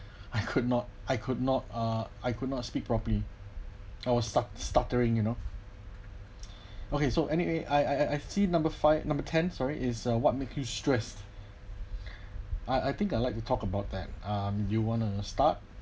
I could not I could not uh I could not speak properly I was stut~ stuttering you know okay so anyway I I see number five number ten sorry is what make you stressed I I think I like to talk about that um you wanna start